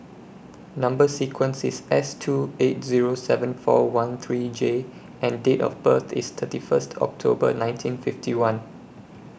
Number sequence IS S two eight Zero seven four one three J and Date of birth IS thirty First October nineteen fifty one